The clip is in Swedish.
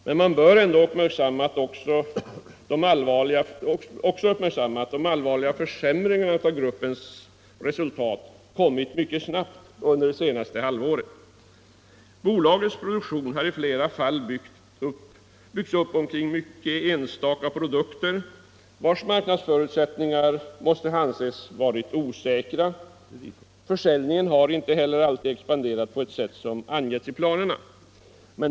Men man bör också uppmärksamma att de allvarliga försämringarna av gruppens resultat kommit mycket snabbt under det senaste halvåret. Bolagens produktion har i flera fall byggts upp omkring enstaka produkter, vilkas marknadsförutsättningar måste anses ha varit osäkra. Försäljningen har inte heller alltid expanderat på ett sätt som angetts i planerna.